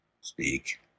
speak